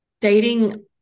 dating